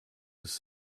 was